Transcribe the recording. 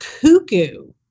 cuckoo